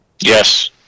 Yes